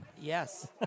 Yes